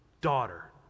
daughter